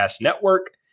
network